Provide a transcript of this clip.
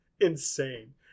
insane